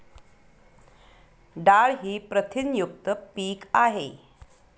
डाळ ही प्रथिनयुक्त पीक आहे